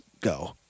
go